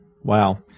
Wow